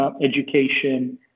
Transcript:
education